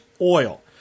oil